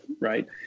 right